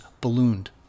ballooned